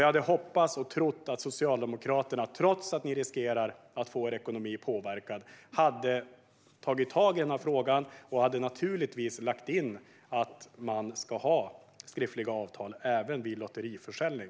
Jag hade hoppats och trott att Socialdemokraterna, trots att ni riskerar att få er ekonomi påverkad, skulle ta tag i den här frågan och naturligtvis lägga in att man ska ha skriftliga avtal även vid lotteriförsäljning.